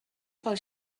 pel